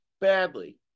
badly